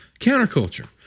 counterculture